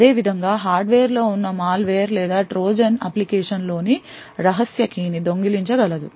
అదే విధంగా హార్డ్వేర్లో ఉన్న మాల్వేర్ లేదా ట్రోజన్ అప్లికేషన్లోని రహస్య key ని దొంగిలించ గలదు